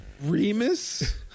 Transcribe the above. Remus